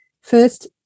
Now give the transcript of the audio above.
first-